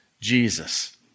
Jesus